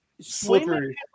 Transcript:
slippery